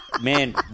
Man